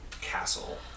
castle